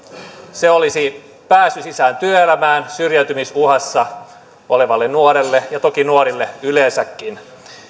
se olisi pääsy sisään työelämään syrjäytymisuhassa olevalle nuorelle ja toki nuorille yleensäkin